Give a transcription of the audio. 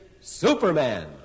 Superman